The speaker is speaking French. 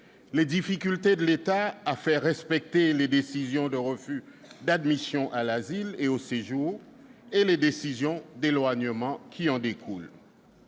les difficultés de l'État à faire respecter les décisions de refus d'admission à l'asile et au séjour, et les décisions d'éloignement qui en découlent